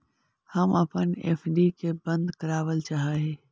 हम अपन एफ.डी के बंद करावल चाह ही